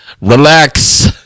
Relax